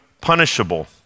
punishable